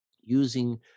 using